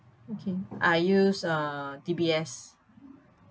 okay I use uh D_B_S